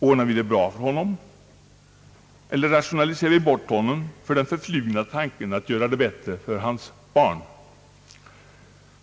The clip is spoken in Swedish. Ordnar vi det bra för honom eller rationaliserar vi bort honom med den förflugna tanken att göra det bättre för hans barn?